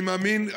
אני מאמין,